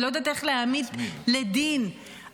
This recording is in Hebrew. היא לא יודעת איך להעמיד לדין עברייני